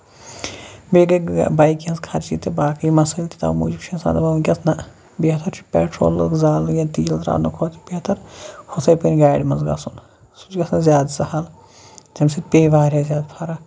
بیٚیہِ گے بایکہِ ہنز خرچہٕ تہِ باقی مَسٲیِل تہِ تو موٗجوٗب چھُ اِنسان دَپان وٕنکٮ۪س نہ بہتر چھُ پیٹرول زالنہٕ یا تیٖل زالنہٕ کھۄتہٕ بہتر ہُتھٕے کَنۍ گاڑِ منٛزگژھُن سُہ چھُ گژھان زیادٕ سَہل تَمہِ سۭتۍ پیٚیہِ واریاہ زیادٕ فرق